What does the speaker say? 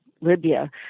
Libya